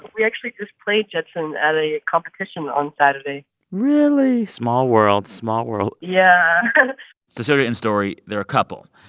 we actually just played judson at a competition on saturday really? small world. small world yeah cecilia and story they're a couple,